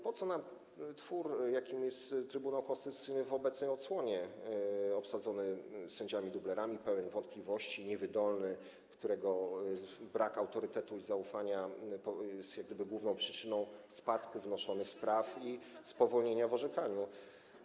Po co nam twór, jakim jest Trybunał Konstytucyjny w obecnej odsłonie, obsadzony sędziami dublerami, pełen wątpliwości, niewydolny, którego brak autorytetu i zaufania jest główną przyczyną spadku liczby wnoszonych spraw i spowolnienia orzekania?